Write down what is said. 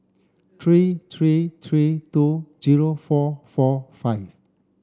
three three three two zero four four five